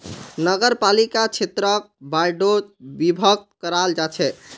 नगरपालिका क्षेत्रक वार्डोत विभक्त कराल जा छेक